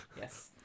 Yes